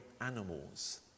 animals